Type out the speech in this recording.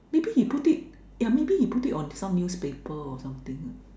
maybe he put it ya maybe he put it on some newspaper or something